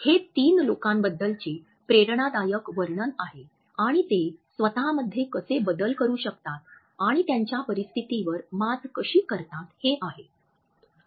हे तीन लोकांबद्दलचे प्रेरणादायक वर्णन आहे आणि ते स्वतःमध्ये कसे बदल करू शकतात आणि त्यांच्या परिस्थितीवर मात कशी करतात हे आहे